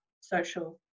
social